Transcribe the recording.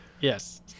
Yes